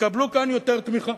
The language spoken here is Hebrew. יקבלו כאן יותר תמיכה.